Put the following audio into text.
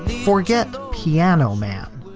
forget piano man,